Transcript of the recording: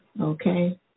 okay